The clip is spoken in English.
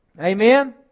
Amen